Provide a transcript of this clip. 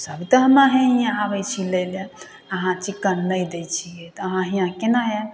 सब तऽ हम अहैँ हिआँ आबै छी लैलए अहाँ चिक्कन नहि दै छिए तऽ अहाँ हिआँ कोना आएब